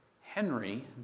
Henry